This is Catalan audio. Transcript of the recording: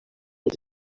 els